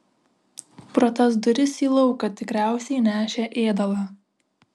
pro tas duris į lauką tikriausiai nešė ėdalą